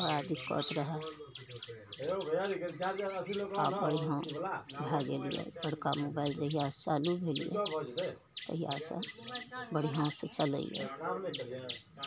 बड़ा दिक्कत रहए आब तऽ इहए भए गेल यऽ बड़का मोबाइल जहिआसँ चालू भेलै तहिआसँ बढ़िआँसँ चलैए